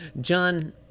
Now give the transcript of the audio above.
John